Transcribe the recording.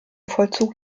vollzug